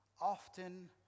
often